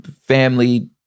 family